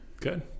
Good